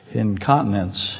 incontinence